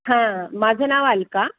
हां माझं नाव अलका